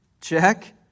check